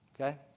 Okay